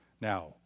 now